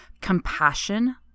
compassion